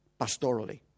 pastorally